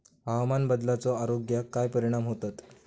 हवामान बदलाचो आरोग्याक काय परिणाम होतत?